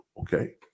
okay